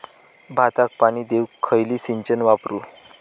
भाताक पाणी देऊक खयली सिंचन वापरू?